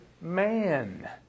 man